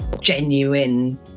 genuine